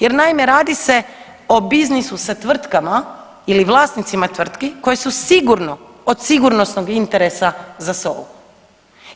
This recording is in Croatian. Jer naime radi se o biznisu sa tvrtkama ili vlasnicima tvrtki koji su sigurno od sigurnosnog interesa za SOA-u.